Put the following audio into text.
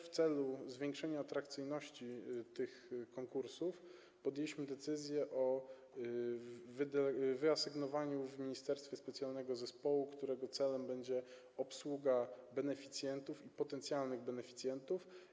W celu zwiększenia atrakcyjności tych konkursów podjęliśmy decyzję o wyasygnowaniu w ministerstwie specjalnego zespołu, którego celem będzie obsługa beneficjentów i potencjalnych beneficjentów.